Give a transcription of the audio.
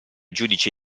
giudice